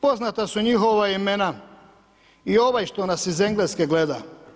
Poznata su njihova imena i ovaj što nas iz Engleske gleda.